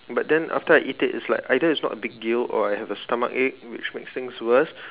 but then after I eat it it's like either it's not a big deal or I have a stomachache which makes things worse